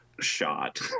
shot